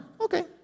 Okay